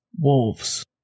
Wolves